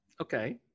Okay